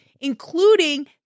including